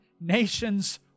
nations